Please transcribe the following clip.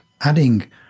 adding